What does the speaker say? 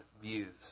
views